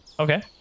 Okay